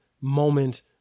moment